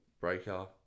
Breaker